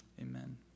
amen